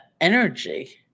energy